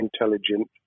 intelligent